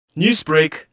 Newsbreak